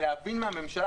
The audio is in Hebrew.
כדי להבין מהממשלה,